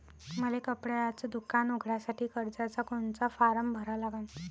मले कपड्याच दुकान उघडासाठी कर्जाचा कोनचा फारम भरा लागन?